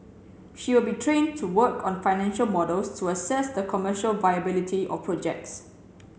she will be trained to work on financial models to assess the commercial viability of projects